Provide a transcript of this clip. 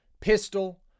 pistol